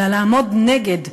אלא לעמוד נגד,